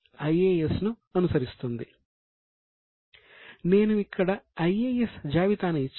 నేను ఇక్కడ IAS జాబితాను ఇచ్చాను